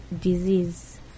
disease